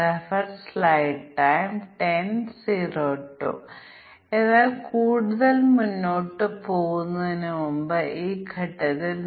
ഞങ്ങൾക്ക് 1 മുതൽ 5000 വരെ അതിർത്തി ഉണ്ടെങ്കിൽ ഞങ്ങൾക്ക് 1 മുതൽ 5000 വരെ തുല്യതയുണ്ട് അതിനാൽ ഇതിനുള്ള അതിർത്തി മൂല്യ പരിശോധന കേസുകൾ എന്തായിരിക്കും